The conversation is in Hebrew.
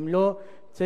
ואם לא,